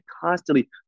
constantly